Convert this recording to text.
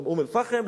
אום-אל-פחם,